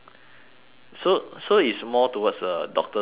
so so it's more towards the doctor's discretion